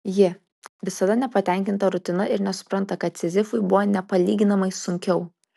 ji visada nepatenkinta rutina ir nesupranta kad sizifui buvo nepalyginamai sunkiau